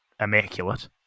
immaculate